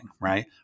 right